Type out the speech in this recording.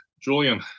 Julian